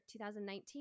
2019